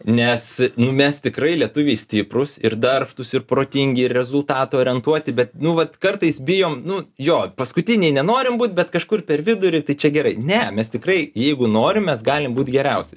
nes mes tikrai lietuviai stiprūs ir darbštūs ir protingi ir rezultatų orientuoti bet nu vat kartais bijom nu jo paskutiniai nenorim būti bet kažkur per vidurį tai čia gerai ne mes tikrai jeigu norim mes galim būti geriausi